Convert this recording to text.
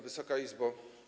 Wysoka Izbo!